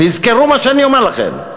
תזכרו מה שאני אומר לכם.